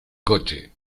coche